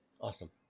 Awesome